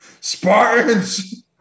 spartans